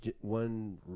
one